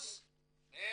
7,780